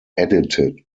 edited